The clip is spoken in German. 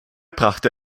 brachte